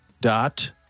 dot